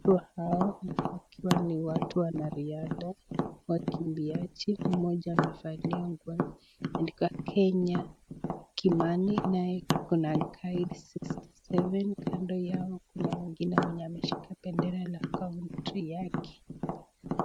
Watu hao wakiwa ni watu wanariadha, wikimbiaji moja akiwa amevalia nguo imeandikwa Kenya Kimani kuna guide 67,kando yao kuna mwenye ameshikilia bendera ya kaunti yake.